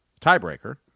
tiebreaker